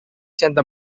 sento